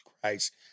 Christ